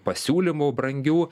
pasiūlymų brangių